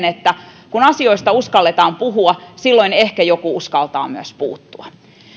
että kun asioista uskalletaan puhua silloin ehkä joku uskaltaa myös puuttua